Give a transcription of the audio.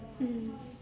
mm